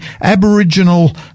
Aboriginal